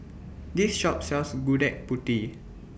This Shop sells Gudeg Putih